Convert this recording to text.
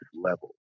level